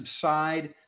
subside